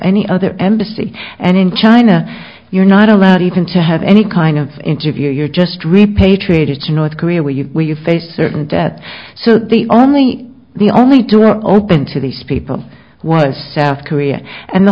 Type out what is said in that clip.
any other embassy and in china you're not allowed even to have any kind of interview you're just repatriated to north korea where you are you face certain death so the only the only door open to these people was south korea and the